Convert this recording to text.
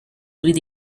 with